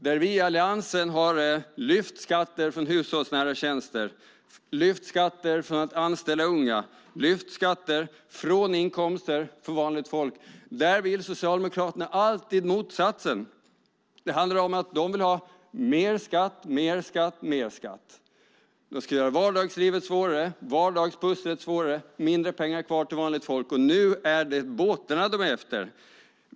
Där vi i Alliansen har lyft skatter från hushållsnära tjänster, lyft skatter från att anställa unga och lyft skatter från inkomster på vanligt folk, där vill Socialdemokraterna alltid motsatsen. Det handlar om att de vill ha mer skatt, mer skatt, mer skatt. De ska göra vardagslivet svårare, vardagspusslet svårare, med mindre pengar kvar till vanligt folk. Och nu är det båtarna de är ute efter.